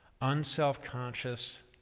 unselfconscious